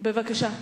בבקשה.